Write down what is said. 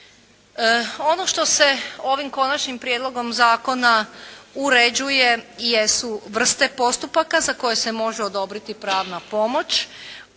Ono što se ovim Konačnim prijedlogom zakona uređuje jesu vrste postupaka za koje se može odobriti pravna pomoć.